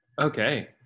okay